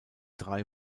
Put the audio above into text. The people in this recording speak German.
drei